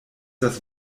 das